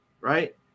Right